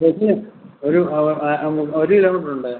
ബസ്സിന് ഒരു ഒരു ആ നമുക്ക് ഒരു കിലോമീറ്ററുണ്ട്